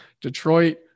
Detroit